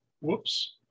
whoops